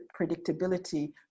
predictability